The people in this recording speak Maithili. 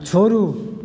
छोड़ू